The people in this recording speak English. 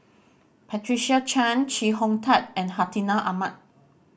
Patricia Chan Chee Hong Tat and Hartinah Ahmad